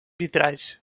vitralls